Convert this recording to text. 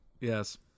Yes